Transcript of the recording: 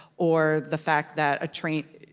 or the fact that a training